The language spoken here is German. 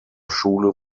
schule